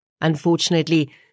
Unfortunately